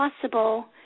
possible